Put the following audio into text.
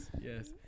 yes